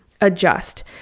adjust